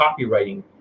copywriting